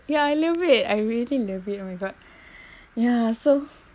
ya I love it I really love it oh my god ya so